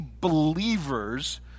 believers